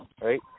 right